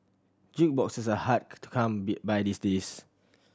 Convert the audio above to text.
jukeboxes are hard to come be by these days